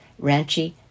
Ranchi